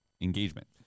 engagement